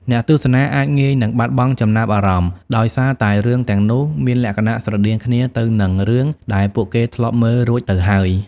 អ្នកទស្សនាអាចងាយនឹងបាត់បង់ចំណាប់អារម្មណ៍ ដោយសារតែរឿងទាំងនោះមានលក្ខណៈស្រដៀងគ្នាទៅនឹងរឿងដែលពួកគេធ្លាប់មើលរួចទៅហើយ។